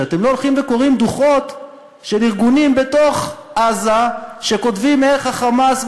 שאתם לא הולכים וקוראים דוחות של ארגונים בתוך עזה שכותבים איך ה"חמאס"